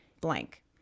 blank